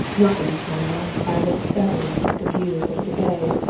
not being strong enough, i looked steadily at the view over the bay,